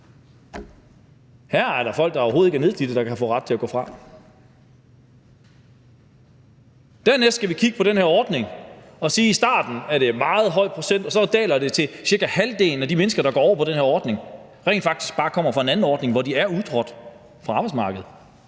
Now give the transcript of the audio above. Her er der folk, der overhovedet ikke er nedslidte, der kan få ret til at gå fra. Dernæst skal vi kigge på den her ordning og sige, at det i starten er en meget høj procent, og det så daler til, at cirka halvdelen af de mennesker, der går over på den her ordning, rent faktisk bare kommer fra en anden ordning, hvor de er udtrådt fra arbejdsmarkedet,